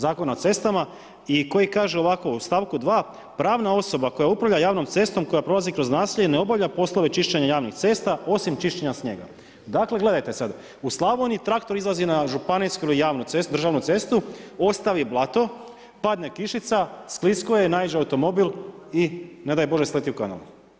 Zakona o cestama i koji kaže ovako: „u stavku 2. pravna osoba koja upravlja javnom cestom koja prolazi kroz naselje ne obavlja poslove čišćenja javnih cesta, osim čišćenja snijega.“ Dakle, gledajte sad, u Slavoniji traktor izlazi na županijsku ili javnu cestu, državnu cestu, ostavi blato, padne kišica, sklisko je, naiđe automobil i ne daj Bože, sleti u kanal.